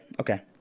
Okay